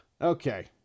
okay